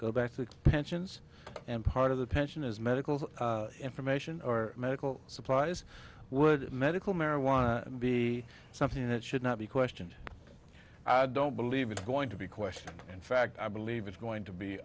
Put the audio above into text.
go back to pensions and part of the pension is medical information or medical supplies would medical marijuana be something that should not be questioned i don't believe it's going to be questioned in fact i believe it's going to be